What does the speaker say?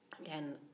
Again